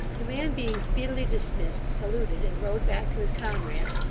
the man being speedily dismissed, saluted, and rode back to his comrades,